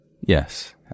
Yes